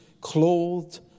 clothed